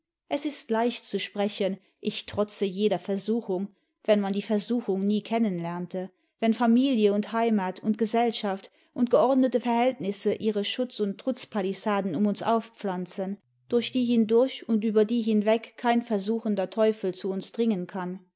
es ist leicht sprechen ich trotze jeder versuchung wenn man die versuchung nie kennen lernte wenn familie und heimat und gesellschaft und geordnete verhältnisse ihre schutz und trutzpalisaden um ims aufpflanzen durch die hindurch und über die hinweg kein versuchender teufel zu uns dringen kann